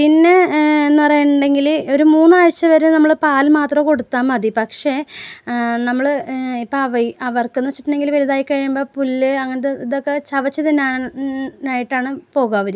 പിന്നെ എന്ന് പറയാനുണ്ടെങ്കിൽ ഒര് മൂന്നാഴ്ച്ചവരെ നമ്മള് പാല് മാത്രമെ കൊടുത്താൽ മതി പക്ഷേ നമ്മള് ഇപ്പം അവയ് അവർക്ക് എന്ന് വെച്ചിട്ടുണ്ടെങ്കിൽ വലുതായി കഴിയുമ്പം പുല്ല് അങ്ങനത്തെ ഇതൊക്കെ ചവച്ച് തിന്നാൻ ആയിട്ടാണ് പോകുക അവര്